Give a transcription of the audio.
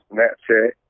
Snapchat